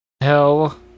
Hell